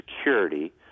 security